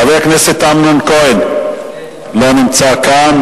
חבר הכנסת אמנון כהן לא נמצא כאן.